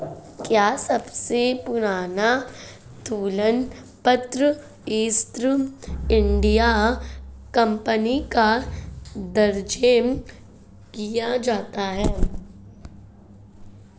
क्या सबसे पुराना तुलन पत्र ईस्ट इंडिया कंपनी का दर्ज किया गया है?